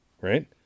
right